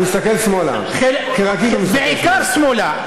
בעיקר שמאלה.